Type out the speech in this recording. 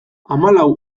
hamalau